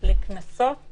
לקנסות